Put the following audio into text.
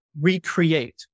recreate